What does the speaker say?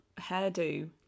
hairdo